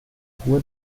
rua